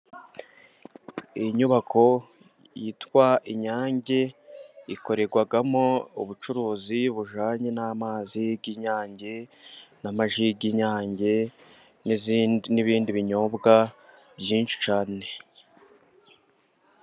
Iyi nyubako yitwa inyange, ikorerwamo ubucuruzi bujyanye n'amazi y'inyange n'amaji y'inyange, ni ibindi binyobwa byinshi cyane.